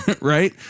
Right